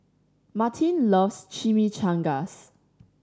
Martine loves Chimichangas